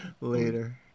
later